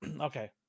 Okay